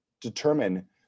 determine